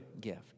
gift